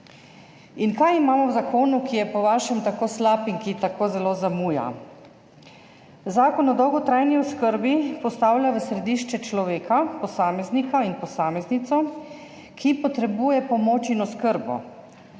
In kaj imamo v zakonu, ki je po vašem tako slab in ki tako zelo zamuja? Zakon o dolgotrajni oskrbi postavlja v središče človeka, posameznika in posameznico, ki potrebuje pomoč in oskrbo